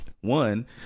one